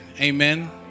Amen